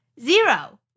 Zero